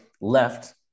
left